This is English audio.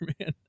Man